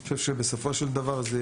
אני חושב שבסופו של דבר העיר העתיקה